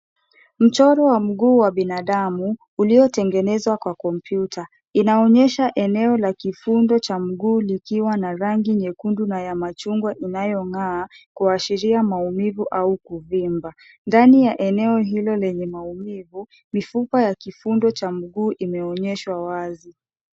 Mchoro wa mguu wa binadamu, uliotengenezwa kwa komyuta, inaonyesha eneo la kifundo cha mguu likiwa na rangi nyekundu na ya machungwa inayong'aa , kuashiria maumivu au kuvimba. Ndani ya eneo hilo lenye maumivu, mifupa ya kifundo cha mguu imeonyeshwa wazi.